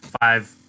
five